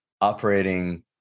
operating